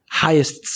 highest